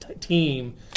team